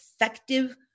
effective